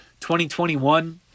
2021